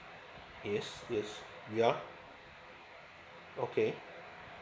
yes yes ya okay